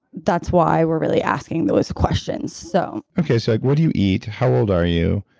that's why we're really asking those questions so okay so, what do you eat, how old are you,